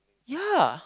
yeah